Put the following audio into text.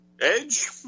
Edge